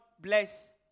bless